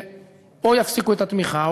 או יפסיקו את התמיכה,